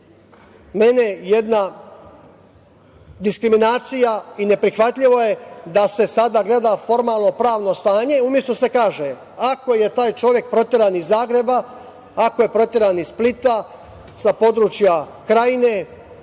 mene jedna diskriminacija i neprihvatljivo je da se sada gleda formalnopravno stanje, umesto da se kaže – ako je taj čovek proteran iz Zagreba, ako je proteran iz Splita, sa područja Krajine,